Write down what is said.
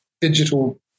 digital